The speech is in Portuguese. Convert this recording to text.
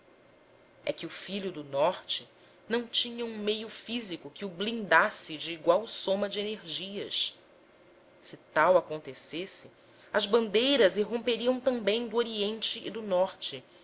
é que o filho do norte não tinha um meio físico que o blindasse de igual soma de energias se tal acontecesse as bandeiras irromperiam também do oriente e do norte